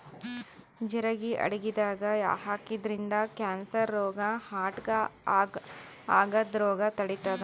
ಜಿರಗಿ ಅಡಗಿದಾಗ್ ಹಾಕಿದ್ರಿನ್ದ ಕ್ಯಾನ್ಸರ್ ರೋಗ್ ಹಾರ್ಟ್ಗಾ ಆಗದ್ದ್ ರೋಗ್ ತಡಿತಾದ್